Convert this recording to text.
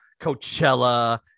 Coachella